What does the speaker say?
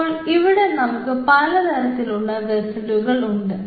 അപ്പോൾ ഇവിടെ നമുക്ക് പലതരത്തിലുള്ള ഉള്ള വെസ്സലുകൾ ഉണ്ട്